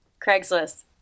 Craigslist